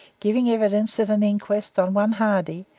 giving evidence at an inquest on one hardy,